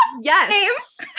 yes